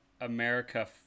America